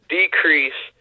decrease